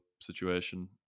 situation